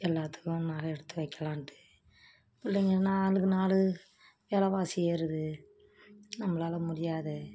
எல்லாத்துக்கும் நகை எடுத்து வைக்கலான்ட்டு பிள்ளைங்க நாளுக்கு நாள் வில வாசி ஏறுது நம்மளால முடியாது